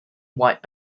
white